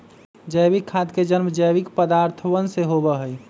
जैविक खाद के जन्म जैविक पदार्थवन से होबा हई